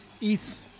Eats